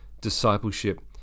discipleship